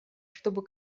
чтобы